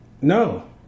No